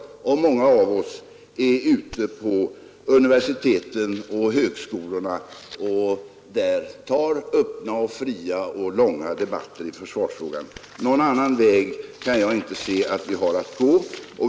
Många av oss är ofta ute på universiteten och högskolorna och tar där upp öppna och fria och långa debatter i försvarsfrågan. Någon annan väg kan jag inte se att vi har att gå.